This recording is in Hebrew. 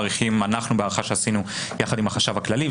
בהערכה שעשינו יחד עם החשב הכללי,